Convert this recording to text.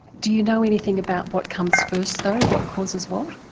do you know anything about what comes first though, what causes what?